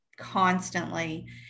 constantly